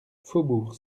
faubourg